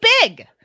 big